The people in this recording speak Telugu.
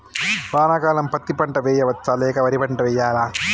వానాకాలం పత్తి పంట వేయవచ్చ లేక వరి పంట వేయాలా?